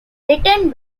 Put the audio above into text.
written